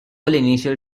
initial